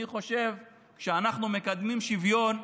אני חושב שכאשר אנחנו מקדמים שוויון,